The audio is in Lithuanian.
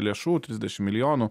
lėšų trisdešim milijonų